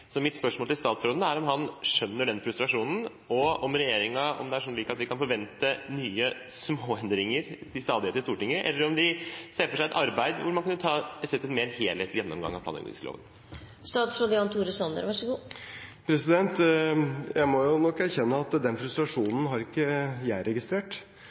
Mitt spørsmål til statsråden er om han skjønner den frustrasjonen, og om vi kan forvente nye småendringer til stadighet i Stortinget, eller om regjeringen ser for seg et arbeid hvor man kunne sett en mer helhetlig gjennomgang av plan- og bygningsloven. Jeg må nok erkjenne at den frustrasjonen har ikke jeg registrert. Det er mulig at den befinner seg blant opposisjonspartiene i Stortinget, men jeg